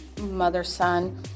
mother-son